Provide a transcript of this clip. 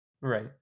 right